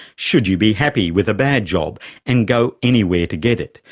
should you be happy with a bad job and go anywhere to get it,